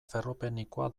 ferropenikoa